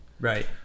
Right